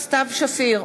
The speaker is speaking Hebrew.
סתיו שפיר,